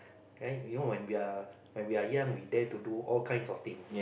ya you know when we are young we dare to do all kinds of things